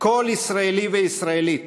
כל ישראלי וישראלית